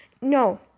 no